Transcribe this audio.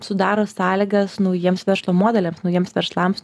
sudaro sąlygas naujiems verslo modeliams naujiems verslams